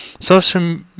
Social